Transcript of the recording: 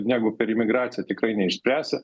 negu per imigraciją tikrai neišspręsi